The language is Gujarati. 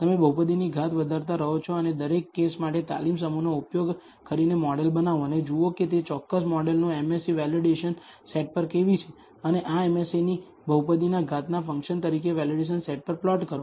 તમે બહુપદીની ઘાત વધારતા રહો છો અને દરેક કેસ માટે તાલીમ સમૂહનો ઉપયોગ કરીને મોડેલ બનાવો અને જુઓ કે તે ચોક્કસ મોડેલનું MSE વેલિડેશન સેટ પર કેવું છે અને આ MSE ની બહુપદીના ઘાત ના ફંકશન તરીકે વેલિડેશન સેટ પર પ્લોટ કરો